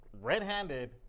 red-handed